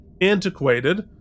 antiquated